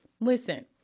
Listen